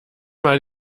mal